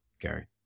Gary